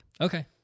Okay